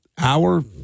hour